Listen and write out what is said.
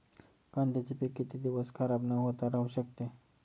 कांद्याचे पीक किती दिवस खराब न होता राहू शकते?